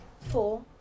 four